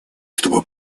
чтобы